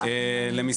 למתנ"סים.